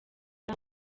ari